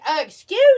excuse